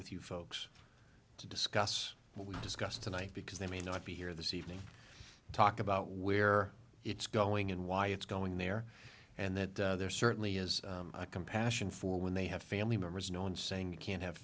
with you folks to discuss what we discussed tonight because they may not be here this evening to talk about where it's going and why it's going there and that there certainly is a compassion for when they have family members no one saying you can't have